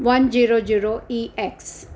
one zero zero E X